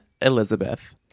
elizabeth